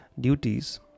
duties